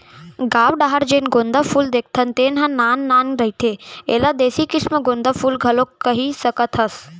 गाँव डाहर जेन गोंदा फूल देखथन तेन ह नान नान रहिथे, एला देसी किसम गोंदा फूल घलोक कहि सकत हस